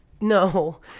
No